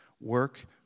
work